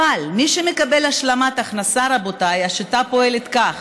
מי שמקבל השלמת הכנסה, רבותיי, השיטה פועלת כך.